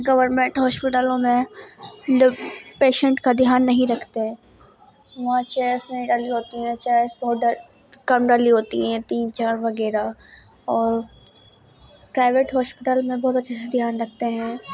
government ہاسپٹلوں میں patient کا دھیان نہیں رکھتے وہاں چیرس نہیں ڈلی ہوتی ہیں چیرس بہت کم ڈلی ہوتی ہیں تین چار وغیرہ اور پرائیویٹ ہاسپٹل میں بہت اچھے سے دھیان رکھتے ہیں